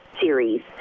series